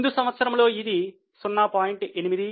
ముందు సంవత్సరంలో ఇది 0